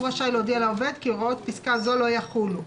הוא רשאי להודיע לעובד כי הוראות פסקה זו לא יחולו.